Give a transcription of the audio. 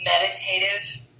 meditative